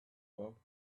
work